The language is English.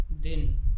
Din